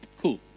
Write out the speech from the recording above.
cool